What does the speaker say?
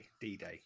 D-Day